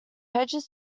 hedges